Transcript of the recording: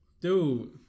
Dude